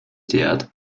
théâtre